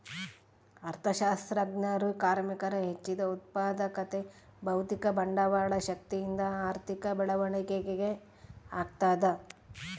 ಅರ್ಥಶಾಸ್ತ್ರಜ್ಞರು ಕಾರ್ಮಿಕರ ಹೆಚ್ಚಿದ ಉತ್ಪಾದಕತೆ ಭೌತಿಕ ಬಂಡವಾಳ ಶಕ್ತಿಯಿಂದ ಆರ್ಥಿಕ ಬೆಳವಣಿಗೆ ಆಗ್ತದ